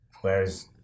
whereas